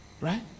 Right